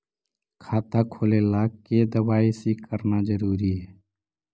खाता खोले ला के दवाई सी करना जरूरी है?